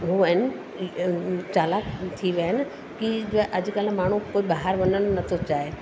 उहो आहिनि चालाक थी विया आहिनि कि अॼुकल्ह माण्हू ॿाहिरि वञणु नथो चाहे